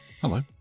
Hello